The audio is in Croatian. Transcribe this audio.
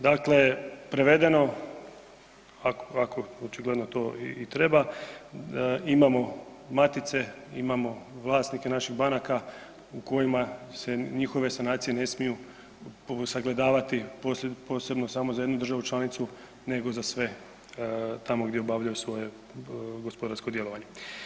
Dakle, prevedeno ako očigledno to i treba imamo matice, imamo vlasnike naših banaka u kojima se njihove sanacije ne smiju sagledavati posebno samo za jednu državu članicu nego za sve tamo gdje obavljaju svoje gospodarsko djelovanje.